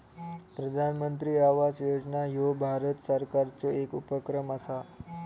प्रधानमंत्री आवास योजना ह्यो भारत सरकारचो येक उपक्रम असा